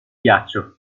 ghiaccio